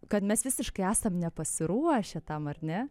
kad mes visiškai esam nepasiruošę tam ar ne